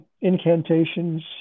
incantations